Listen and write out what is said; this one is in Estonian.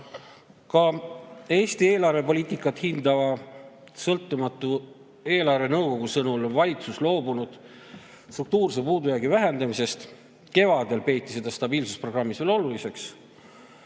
Ka Eesti eelarvepoliitikat hindava sõltumatu eelarvenõukogu sõnul on valitsus loobunud struktuurse puudujäägi vähendamisest. Kevadel peeti seda stabiilsusprogrammis veel oluliseks.